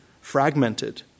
fragmented